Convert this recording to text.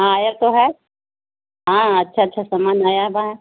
ہاں آیا تو ہے ہاں اچھا اچھا سامان آیا ہوا ہے